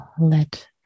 let